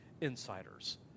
insiders